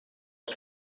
els